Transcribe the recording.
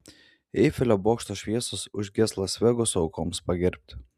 eifelio bokšto šviesos užges las vegaso aukoms pagerbti